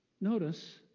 Notice